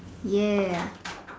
ya